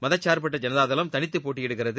மதச்சார்பற்ற ஜனதா தளம் தனித்தப் போட்டியிடுகிறது